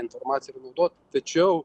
informaciją ir naudot tačiau